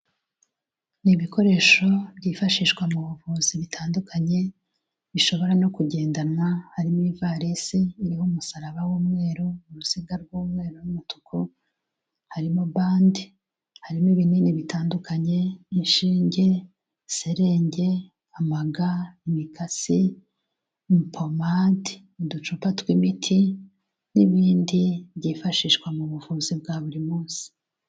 Ni ibikoresho byifashishwa mu buvuzi butandukanye, bishobora no kugendanwa harimo ivarisi iriho umusaraba w'umweru , uruziga rw'umweru n'umutuku, harimo bande, harimo ibinini bitandukanye, inshinge serenge, amaga, imikasi, pomade, uducupa tw'imiti n'ibindi byifashishwa mu buvuzi bwa buri munsi.